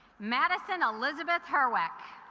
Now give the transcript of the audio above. madison elizabeth horwich